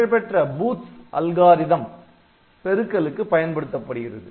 புகழ்பெற்ற Booth algorithm Booth's algorithm பெருக்கலுக்கு பயன்படுத்தப்படுகிறது